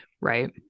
right